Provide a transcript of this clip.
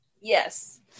yes